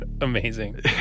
Amazing